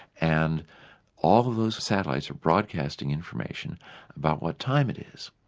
and all of those satellites are broadcasting information about what time it is,